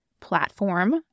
platform